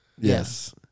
Yes